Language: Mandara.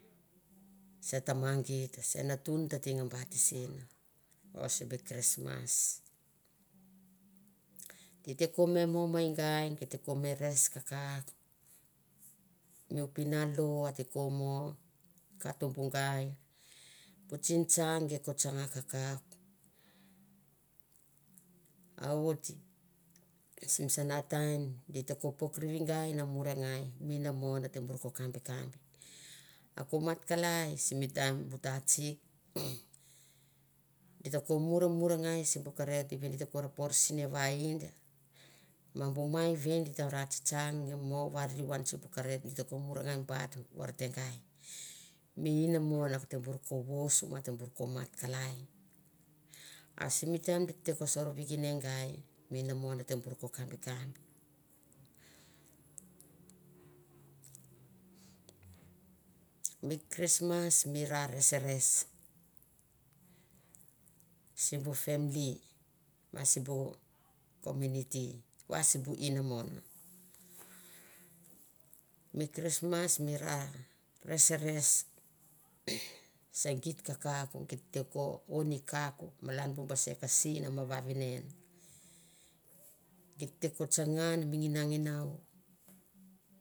Se tama geit e natun tete nga bat sin. o simi krismas di te ko me mo me ngai geit te ko me res kakauk. Mi pinalo a te ko mo katubu ngai. bu tsintsanggei ko tsanga kakauk, avott sim sana taim di te kop rivi ngai na murengai, mi inamon a te br ko kombi kambi. A ko mat kalai sim taim bu tatsik di ta ko murmuranggai sim bu karot di ta porpor sinavai in. Ma bu mai ive di tara tsatsang nge mo var riu an sim bu karot gi te ko mur nge bait vorte ngai. A sim taim di te bor ko vous ma a te bor ko mat kolai. A simi taim di te ko sorvikine ngai, mi inomon ate bor ko kambi kambi. mi krismas mi ra reseres. sim bu famli ma sim bu komuniti. va sim bu inamon. Mi krismas mi ra reseres se geit kakauk geitte te ko oni kauk malan baser ma vavinen, geit te ko tsanga an mi